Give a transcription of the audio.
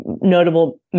notable